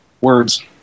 words